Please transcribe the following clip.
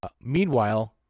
Meanwhile